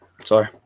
Sorry